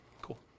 Cool